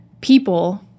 people